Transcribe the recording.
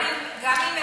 גם אם הורה לא שולח,